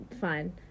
fine